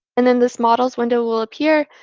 and then this models window will appear.